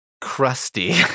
crusty